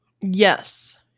Yes